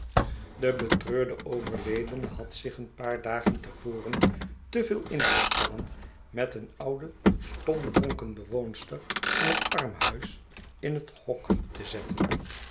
de betreurde overledene had zich een paar dagen te varen te veel ingespannen met een oude stomdronken bewoonster van het armhuis in het hok te zetten